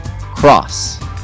cross